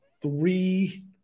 three